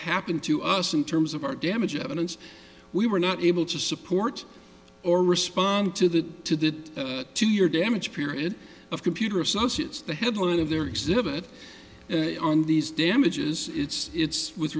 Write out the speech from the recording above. happened to us in terms of our damage evidence we were not able to support or respond to that to that two year damage period of computer associates the headline of their exhibit on these damages it's it's